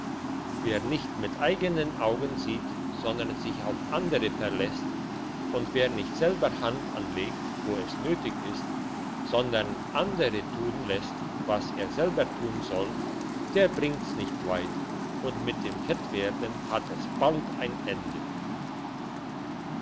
wer nicht mit eigenen augen sieht sondern sich auf andere verlässt und wer nicht selber hand anlegt wo es nötig ist sondern andere tun lässt was er selber tun soll der bringt's nicht weit und mit dem fettwerden hat es bald ein ende